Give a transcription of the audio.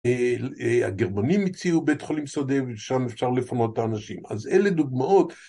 הגרמנים הציעו בית חולים סודי ושם אפשר לפנות אנשים, אז אלה דוגמאות